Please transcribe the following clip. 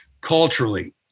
culturally